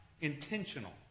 intentional